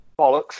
Bollocks